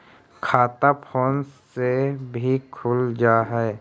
खाता फोन से भी खुल जाहै?